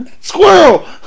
Squirrel